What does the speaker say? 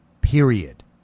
period